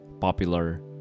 popular